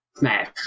match